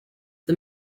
the